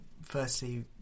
firstly